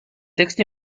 text